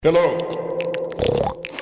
Hello